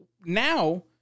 Now